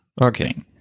Okay